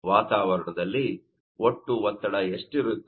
ವಾತಾವರಣದಲ್ಲಿ ಒಟ್ಟು ಒತ್ತಡ ಎಷ್ಟು ಇರುತ್ತದೆ